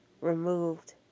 removed